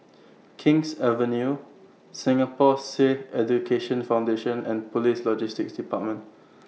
King's Avenue Singapore Sikh Education Foundation and Police Logistics department